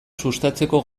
sustatzeko